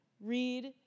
read